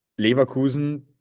Leverkusen